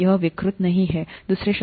यह विकृत नहीं है दूसरे शब्दों में